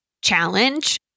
challenge